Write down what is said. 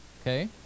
Okay